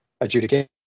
adjudication